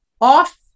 off